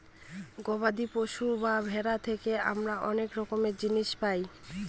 গবাদি পশু বা ভেড়া থেকে আমরা অনেক রকমের জিনিস পায়